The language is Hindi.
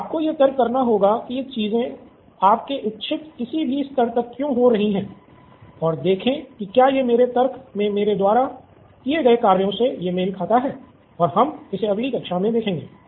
तो आपको यह तर्क करना होगा कि ये चीजें आपके इच्छित किसी भी स्तर तक क्यों हो रही हैं और देखें कि क्या यह मेरे तर्क में मेरे द्वारा किए गए कार्यों से ये मेल खाता है और हम इसे अगली कक्षा में देखेंगे